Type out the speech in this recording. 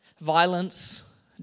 violence